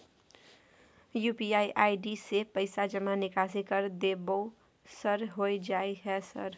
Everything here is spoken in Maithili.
यु.पी.आई आई.डी से पैसा जमा निकासी कर देबै सर होय जाय है सर?